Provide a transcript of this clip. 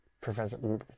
Professor